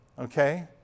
okay